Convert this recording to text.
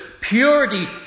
purity